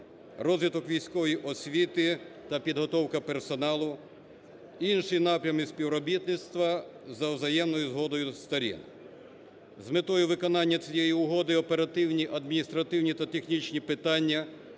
розвиток військової освіти та підготовка персоналу, інші напрями співробітництва за взаємною згодою сторін. З метою виконання цієї угоди оперативні, адміністративні та технічні питання